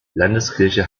landeskirche